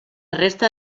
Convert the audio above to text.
resta